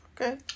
Okay